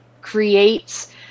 creates